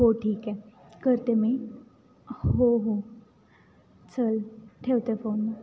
हो ठीक आहे करते मी हो हो चल ठेवते फोन